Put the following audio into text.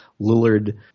Lillard